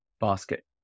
basket